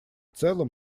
целом